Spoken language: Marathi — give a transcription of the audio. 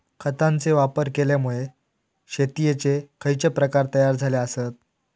खतांचे वापर केल्यामुळे शेतीयेचे खैचे प्रकार तयार झाले आसत?